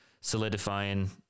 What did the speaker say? solidifying